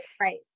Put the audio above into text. Right